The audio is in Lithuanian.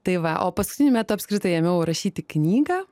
tai va o paskutiniu metu apskritai ėmiau rašyti knygą